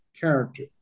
character